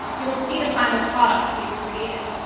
you will see the final product we have created.